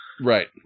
Right